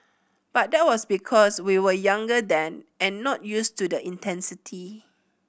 but that was because we were younger then and not used to the intensity